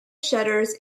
shutters